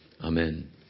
Amen